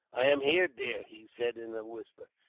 i am here, dear, he said, in a whisper.